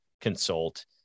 consult